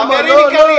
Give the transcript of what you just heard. חברים יקרים.